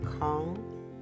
calm